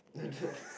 that was